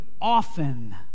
often